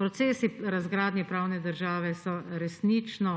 Procesi razgradnje pravne države so resnično,